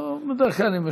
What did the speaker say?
בדרך כלל הם יושבים,